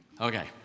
Okay